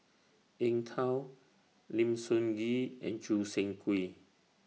Eng Tow Lim Sun Gee and Choo Seng Quee